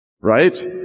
right